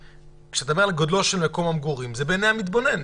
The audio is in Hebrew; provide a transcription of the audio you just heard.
גודלו של מקום המגורים זה משהו שהוא בעיני המתבונן,